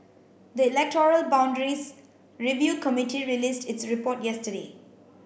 the electoral boundaries review committee released its report yesterday